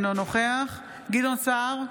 אינו נוכח גדעון סער,